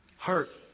hurt